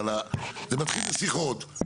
זה מתחיל בשיחות,